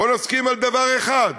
בוא נסכים על דבר אחד,